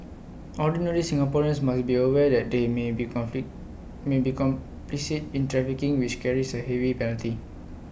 ordinary Singaporeans must be aware that they may be conflict may be complicit in trafficking which carries A heavy penalty